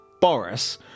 Boris